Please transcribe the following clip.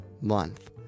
month